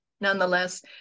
nonetheless